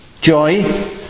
joy